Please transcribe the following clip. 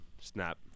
snap